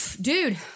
dude